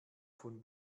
von